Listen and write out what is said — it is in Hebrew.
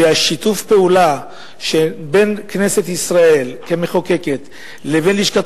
ושיתוף הפעולה שבין כנסת ישראל כמחוקקת לבין לשכת